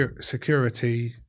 security